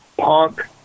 punk